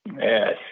Yes